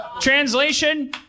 Translation